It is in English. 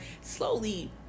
slowly